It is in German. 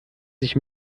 sich